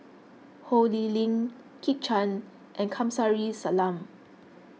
Ho Lee Ling Kit Chan and Kamsari Salam